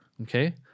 Okay